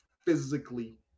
physically